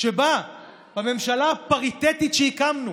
שבו הממשלה הפריטטית שהקמנו,